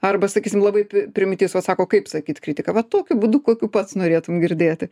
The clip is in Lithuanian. arba sakysim labai pi primityvus vat sako kaip sakyt kritiką tokiu būdu kokiu pats norėtum girdėti